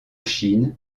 chine